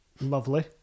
Lovely